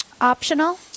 optional